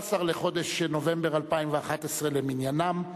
16 בחודש נובמבר 2011 למניינם.